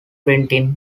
printing